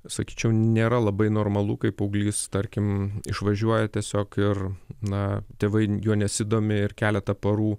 sakyčiau nėra labai normalu kai paauglys tarkim išvažiuoja tiesiog ir na tėvai juo nesidomi ir keletą parų